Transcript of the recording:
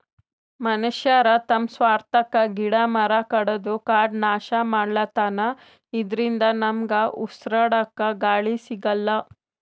ಮನಶ್ಯಾರ್ ತಮ್ಮ್ ಸ್ವಾರ್ಥಕ್ಕಾ ಗಿಡ ಮರ ಕಡದು ಕಾಡ್ ನಾಶ್ ಮಾಡ್ಲತನ್ ಇದರಿಂದ ನಮ್ಗ್ ಉಸ್ರಾಡಕ್ಕ್ ಗಾಳಿ ಸಿಗಲ್ಲ್